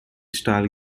style